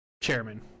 chairman